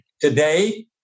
today